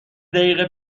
دقیقه